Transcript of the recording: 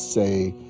say